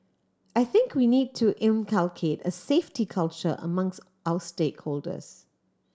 I think we need to inculcate a safety culture amongst our stakeholders